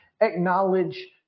acknowledge